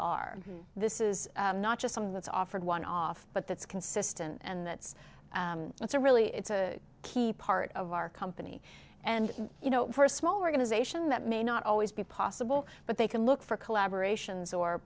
are this is not just something that's offered one off but that's consistent and that's it's a really it's a key part of our company and you know for a small organization that may not always be possible but they can look for collaboration